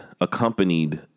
accompanied